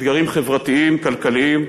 אתגרים חברתיים, כלכליים,